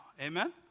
Amen